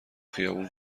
خیابون